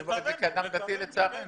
אני אומר את זה כאדם דתי, לצערנו.